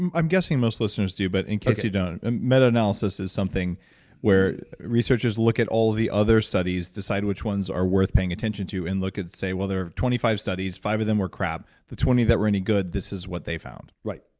i'm guessing most listeners do, but in case you don't, meta-analysis is something where researchers look at all of the other studies, decide which ones are worth paying attention to and look and say, well there are twenty five studies, five of them were crap. the twenty that were any good, this is what they found. right,